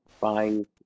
buying